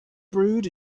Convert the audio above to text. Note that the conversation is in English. brewed